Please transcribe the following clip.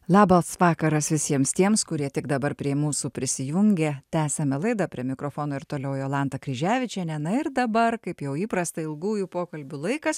labas vakaras visiems tiems kurie tik dabar prie mūsų prisijungė tęsiame laidą prie mikrofono ir toliau jolanta kryževičienė na ir dabar kaip jau įprasta ilgųjų pokalbių laikas